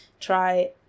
try